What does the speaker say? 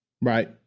right